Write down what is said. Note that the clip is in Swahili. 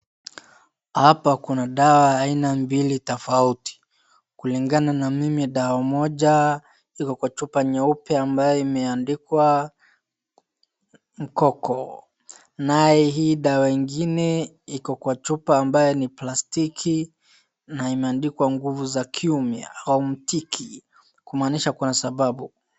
Hapa kuna dawa aina mbili tofauti. Kulingana na mimi dawa moja iko kwa chupa nyeupe ambayo imeandikwa mkoko. Naye hii dawa ingine iko kwa chupa ambayo ni plastiki na imeandikwa nguvu za kiume au mtiki, kumaanisha kuna sababu.